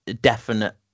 definite